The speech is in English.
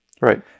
right